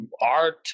art